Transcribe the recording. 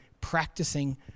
practicing